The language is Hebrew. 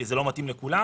זה לא מתאים לכולם,